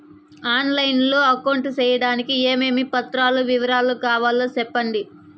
On line లో account సేయడానికి ఏమేమి పత్రాల వివరాలు కావాలో సెప్పండి?